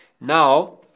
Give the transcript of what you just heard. Now